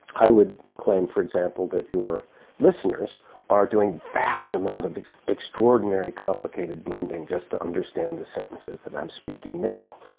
i would claim, for example, that your listeners are doing vast amount of extraordinary complicated blending just to understand the sentences that i'm speaking now.